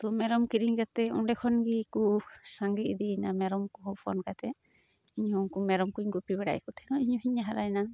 ᱛᱳ ᱢᱮᱨᱚᱢ ᱠᱤᱨᱤᱧ ᱠᱟᱛᱮᱫ ᱚᱸᱰᱮ ᱠᱷᱚᱱ ᱜᱮᱠᱚ ᱥᱟᱸᱜᱮ ᱤᱫᱤᱭᱱᱟ ᱢᱮᱨᱚᱢᱠᱚ ᱦᱚᱯᱚᱱ ᱠᱟᱛᱮᱫ ᱤᱧ ᱩᱝᱠᱩ ᱢᱮᱨᱚᱢ ᱠᱚᱧ ᱜᱩᱯᱤ ᱵᱟᱲᱟᱭᱮᱫ ᱠᱚ ᱛᱮᱦᱮᱱ ᱤᱧᱦᱚᱧ ᱦᱟᱨᱟᱭᱱᱟ